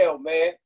man